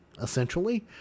essentially